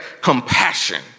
compassion